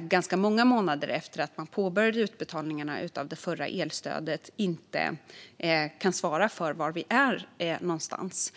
ganska många månader efter det att man påbörjade utbetalningarna av det förra elstödet, inte kan svara på var man är någonstans.